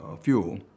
fuel